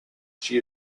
she